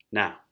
now